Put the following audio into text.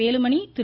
Velumani Thiru